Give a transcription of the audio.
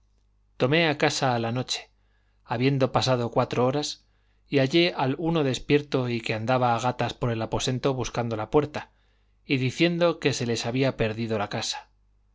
torné a casa a la noche habiendo pasado cuatro horas y hallé al uno despierto y que andaba a gatas por el aposento buscando la puerta y diciendo que se les había perdido la casa